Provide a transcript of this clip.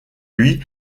lui